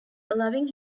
allowing